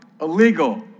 illegal